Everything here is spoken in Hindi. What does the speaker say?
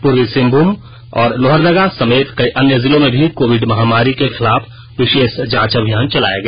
पूर्वी सिंहभूम और लोहरदगा समेत कई अन्य जिलों में भी कोविड महामारी के खिलाफ विशेष जांच अभियान चलाया गया